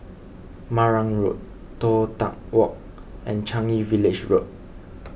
Marang Road Toh Tuck Walk and Changi Village Road